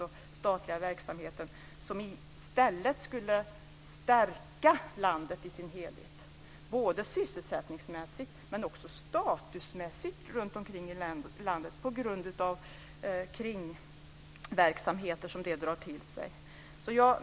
Den statliga verksamheten skulle i stället stärka landet i dess helhet sysselsättningsmässigt, men också statusmässigt runt om i landet på grund av kringverksamheter som den drar till sig.